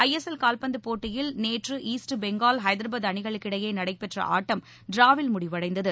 ஐ S L கால்பந்து போட்டியில் நேற்று ஈஸ்ட் பெங்கால் ஐதராபாத் அணிகளுக்கிடையே நடைபெற்ற ஆட்டம் டிராவில் முடிவடைந்தது